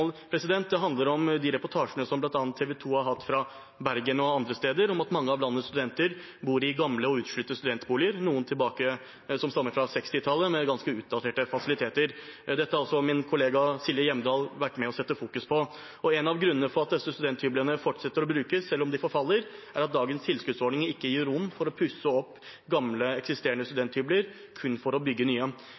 handler om de reportasjene som bl.a. TV 2 har hatt fra Bergen og andre steder, om at mange av landets studenter bor i gamle og utslitte studentboliger. Noen stammer fra 1960-tallet og har ganske utdaterte fasiliteter. Dette har også min kollega Silje Hjemdal fokusert på. En av grunnene til at disse studenthyblene fortsatt brukes selv om de forfaller, er at dagens tilskuddsordninger ikke gir rom for å pusse opp gamle, eksisterende studenthybler, kun for å bygge nye.